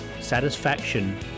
Satisfaction